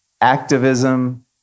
activism